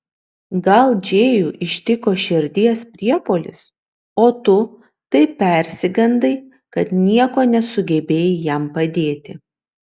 gal džėjų ištiko širdies priepuolis o tu taip persigandai kad niekuo nesugebėjai jam padėti